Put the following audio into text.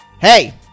Hey